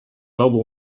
global